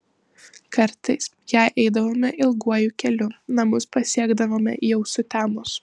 kartais jei eidavome ilguoju keliu namus pasiekdavome jau sutemus